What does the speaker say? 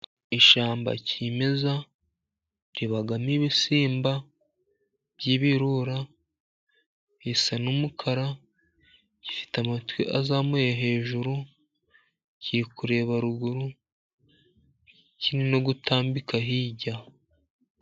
Ishyamba kimeza ribamo ibisimba by'ibirura, bisa n'umukara, Gifite amatwi azamuye hejuru. Kiri kureba ruguru kiri no gutambika hirya.